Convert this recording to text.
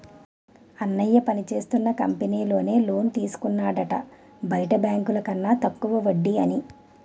అన్నయ్య పనిచేస్తున్న కంపెనీలో నే లోన్ తీసుకున్నాడట బయట బాంకుల కన్న తక్కువ వడ్డీ అని